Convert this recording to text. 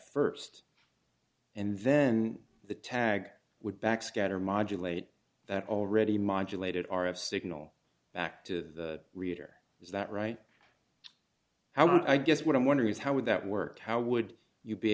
that st and then the tag would backscatter modulator that already modulator at r f signal back to the reader is that right now i guess what i'm wondering is how would that work how would you be